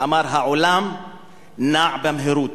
שאמר: העולם נע במהירות.